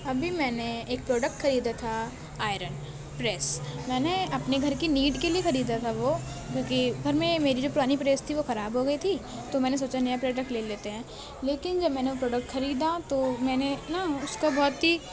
ابھی میں نے ایک پروڈکٹ خریدا تھا آئرن پریس میں نے اپنے گھر کی نیڈ کے لیے خریدا تھا وہ کیونکہ گھر میں میری جو پرانی پریس تھی وہ خراب ہو گئی تھی تو میں نے سوچا نیا پروڈکٹ لے لیتے ہیں لیکن جب میں نے وہ پروڈکٹ خریدا تو میں نے نا اس کا بہت ہی